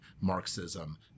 Marxism